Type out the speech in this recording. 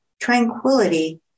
tranquility